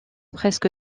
presque